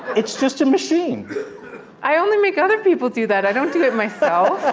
it's just a machine i only make other people do that. i don't do it myself